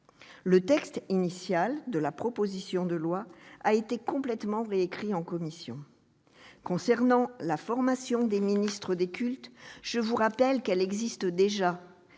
Le texte initial de la proposition de loi a été complètement réécrit en commission. Concernant la formation des ministres des cultes, je vous rappelle que celle-ci existe déjà